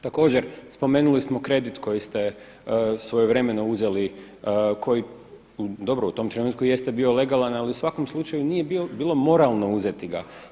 Također, spomenuli ste kredit koji ste svojevremeno uzeli koji, dobro u tom trenutku jeste bio legalan ali u svakom slučaju nije bilo moralno uzeti ga.